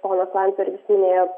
ponas landsbergis minėjo